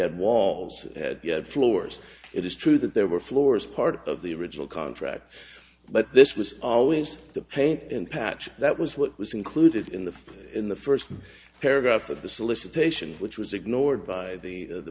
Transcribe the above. had walls floors it is true that there were floors part of the original contract but this was always the paint and patch that was what was included in the in the first paragraph of the solicitation which was ignored by the